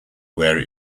where